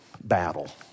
battle